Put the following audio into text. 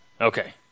Okay